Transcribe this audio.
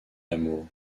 l’amour